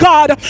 God